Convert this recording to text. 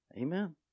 Amen